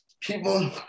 people